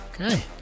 Okay